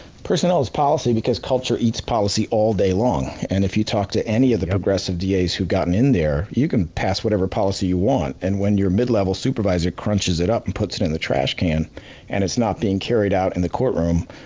personnel is policy because culture eats policy all day long. and if you talk to any of the progressive da's who've gotten in there, you can pass whatever policy you want, and when your mid-level supervisor crunches it up and puts it in the trash can and it's not being carried out in the courtroom,